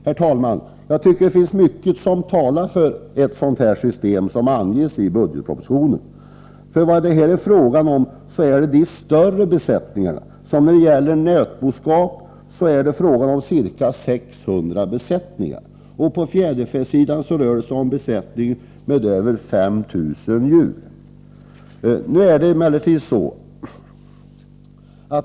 Herr talman! Jag tycker det finns mycket som talar för ett system av den typ som anges i budgetpropositionen. Vad det här är fråga om är nämligen de större besättningarna. När det gäller nötboskap handlar det om 600 besättningar, och de besättningar på fjäderfäsidan som avses är sådana som har mer än 5 000 djur.